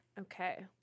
Okay